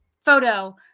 photo